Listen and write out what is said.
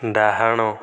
ଡାହାଣ